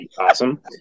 Awesome